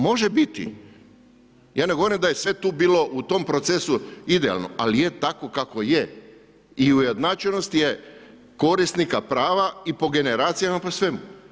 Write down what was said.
Može biti, ja ne govorim da je sve tu bilo u tom procesu idealno, ali je tako kako je i ujednačenost je korisnika prava i po generacijama i po svemu.